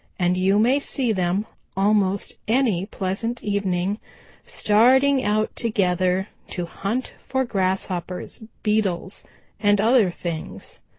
and you may see them almost any pleasant evening starting out together to hunt for grasshoppers, beetles and other things.